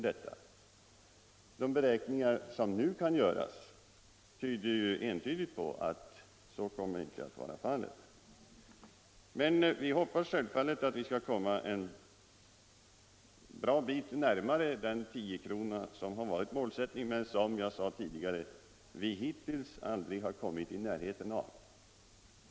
De beräkningar som nu kan göras pekar på att det inte kommer att räcka. Men självfallet hoppas vi att komma ett gott stycke närmare de 10 kr. som har varit målsättningen, en målsättning som vi hittills aldrig har kommit i närheten av.